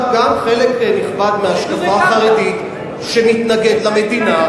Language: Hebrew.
גם חלק נכבד מההשקפה החרדית שמתנגד למדינה,